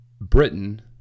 Britain